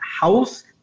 house